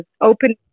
open